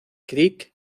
creek